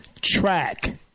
track